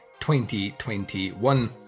2021